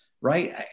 right